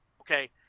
okay